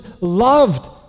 loved